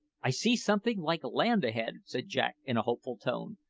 i see something like land ahead, said jack in a hopeful tone.